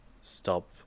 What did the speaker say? stop